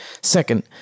Second